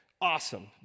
awesome